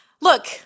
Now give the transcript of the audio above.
look